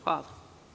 Hvala.